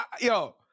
yo